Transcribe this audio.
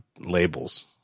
labels